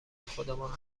خودمان